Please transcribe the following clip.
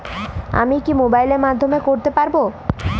আমি কি মোবাইলের মাধ্যমে করতে পারব?